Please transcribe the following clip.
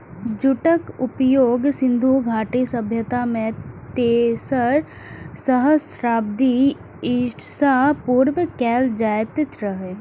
जूटक उपयोग सिंधु घाटी सभ्यता मे तेसर सहस्त्राब्दी ईसा पूर्व कैल जाइत रहै